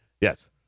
Yes